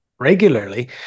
Regularly